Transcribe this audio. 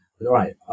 Right